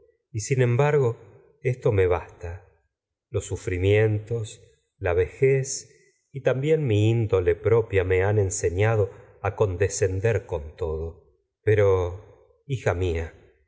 y sin em bargo esto me basta los sufrimientos la vejez y tam bién mi índole propia me'han enseñado a condescender con todo pero hija mía